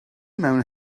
mewn